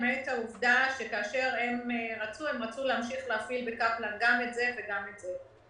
למעט העובדה שהם רצו להמשיך להפעיל בקפלן גם את זה וגם את זה.